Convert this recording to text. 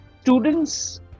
students